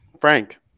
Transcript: Frank